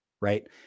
right